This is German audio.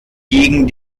gegen